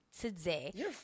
today